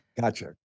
Gotcha